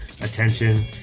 attention